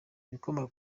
ibikomoka